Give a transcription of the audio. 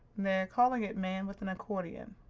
they're calling it man with an accordion.